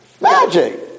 Magic